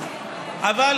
אין קשר,